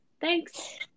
Thanks